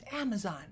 Amazon